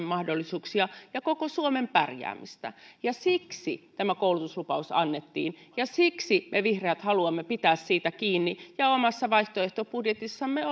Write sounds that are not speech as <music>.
<unintelligible> mahdollisuuksia ja koko suomen pärjäämistä siksi tämä koulutuslupaus annettiin ja siksi me vihreät haluamme pitää siitä kiinni ja omassa vaihtoehtobudjetissamme <unintelligible>